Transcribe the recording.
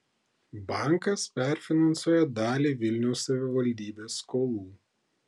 bankas perfinansuoja dalį vilniaus savivaldybės skolų